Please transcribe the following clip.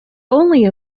only